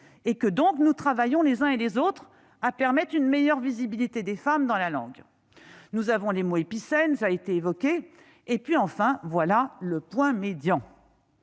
les femmes. Nous travaillons les uns et les autres à permettre une meilleure visibilité des femmes dans la langue. Nous avons les mots épicènes, qui ont été évoqués. Nous avons aussi le point médian.